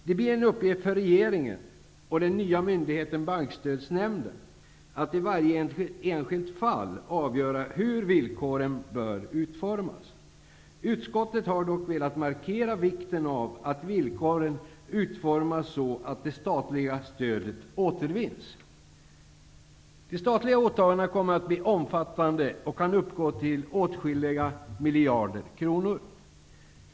Det blir en uppgift för regeringen och den nya myndigheten Bankstödsnämnden att i varje enskilt fall avgöra hur villkoren bör utformas. Utskottet har dock velat markera vikten av att villkoren utformas så att det statliga stödet återvinns. De statliga åtagandena kommer att bli omfattande och kan uppgå till åtskilliga miljarder kronor.